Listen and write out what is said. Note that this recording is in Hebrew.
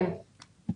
כן.